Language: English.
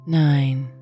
nine